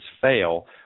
fail